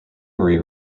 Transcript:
marie